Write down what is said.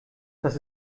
das